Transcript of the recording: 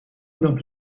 دیدم